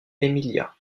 emilia